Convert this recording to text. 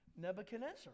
Nebuchadnezzar